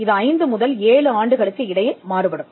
இது ஐந்து முதல் ஏழு ஆண்டுகளுக்கு இடையில் மாறுபடும்